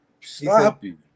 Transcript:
Sloppy